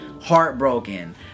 heartbroken